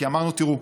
כי אמרנו: תראו,